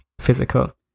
physical